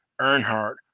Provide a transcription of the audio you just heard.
Earnhardt